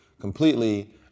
completely